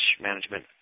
management